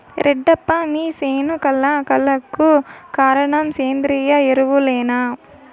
రెడ్డప్ప మీ సేను కళ కళకు కారణం సేంద్రీయ ఎరువులేనా